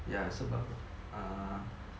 ya sebab err